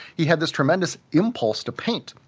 he had this tremendous impulse to paint,